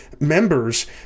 members